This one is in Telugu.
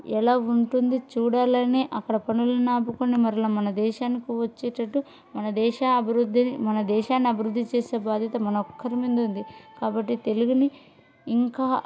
ఎలా ఉంటుంది చూడాలని అక్కడ పనులన్నీ ఆపుకునే మరల మన దేశానికి వచ్చేటట్టు మన దేశ అభివృద్ధి మన దేశాన్ని అభివృద్ధి చేసే బాధ్యత మన ఒక్కరిమందు ఉంది కాబట్టి తెలుగుని ఇంకా